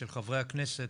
של חברי הכנסת